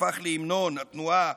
שהפך להמנון התנועה